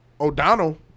O'Donnell